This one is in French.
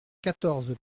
quatorze